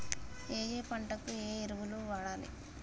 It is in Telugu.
ఏయే పంటకు ఏ ఎరువులు వాడాలి?